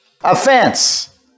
Offense